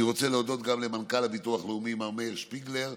אני רוצה להודות גם למנכ"ל הביטוח הלאומי מר מאיר שפיגלר,